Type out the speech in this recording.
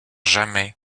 jamais